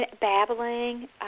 babbling